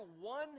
one